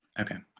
okay.